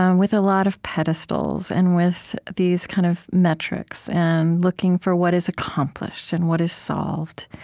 um with a lot of pedestals and with these kind of metrics and looking for what is accomplished and what is solved.